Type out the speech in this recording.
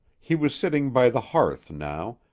he was sitting by the hearth now,